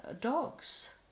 dogs